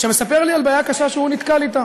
שמספר על בעיה קשה שהוא נתקל בה.